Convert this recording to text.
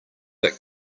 but